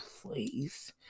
Please